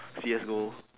CSGO